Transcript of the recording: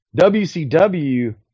WCW